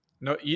no